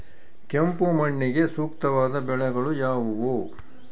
ಕೆಂಪು ಮಣ್ಣಿಗೆ ಸೂಕ್ತವಾದ ಬೆಳೆಗಳು ಯಾವುವು?